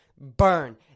burn